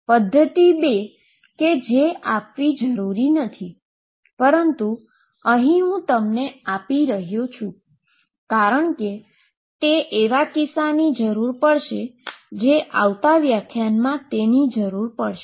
પદ્ધતિ 2 કે જે આપવી જરૂરી નથી પરંતુ હું અહી તમને તે આપી રહ્યો છું કારણ કે તે એવા કિસ્સાઓની જરૂર પડશે જે આવતા વ્યાખ્યાનોમાં તેની જરૂર પડશે